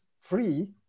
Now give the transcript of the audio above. free